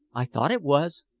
i thought it was.